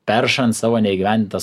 peršant savo neįgyvendintas